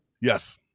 Yes